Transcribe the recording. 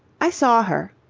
i saw her.